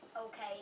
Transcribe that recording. Okay